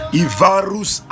ivarus